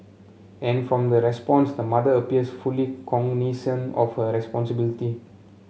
and from the response the mother appears fully cognisant of her responsibility